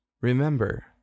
Remember